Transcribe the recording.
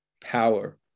power